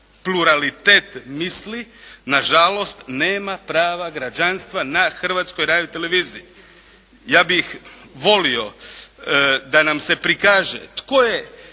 pluralitet misli nažalost nema prava građanstva na Hrvatskoj radioteleviziji. Ja bih ih volio da nam se prikaže tko je